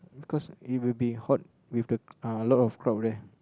because it will be hot with the uh a lot of crowd there